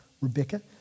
Rebecca